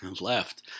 left